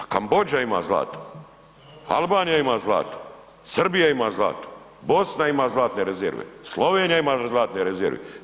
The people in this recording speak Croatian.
A Kambodža ima zlato, Albanija ima zlato, Srbija ima zlato, Bosna ima zlatne rezerve, Slovenija ima zlatne rezerve.